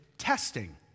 Testing